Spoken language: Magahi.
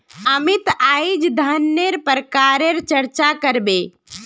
अमित अईज धनन्नेर प्रकारेर चर्चा कर बे